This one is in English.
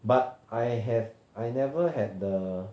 but I have I never had the